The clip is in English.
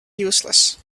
useless